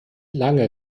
lange